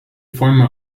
former